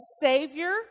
Savior